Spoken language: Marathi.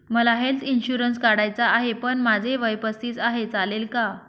मला हेल्थ इन्शुरन्स काढायचा आहे पण माझे वय पस्तीस आहे, चालेल का?